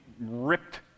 ripped